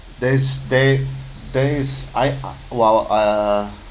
there's there there is I uh well uh